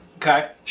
Okay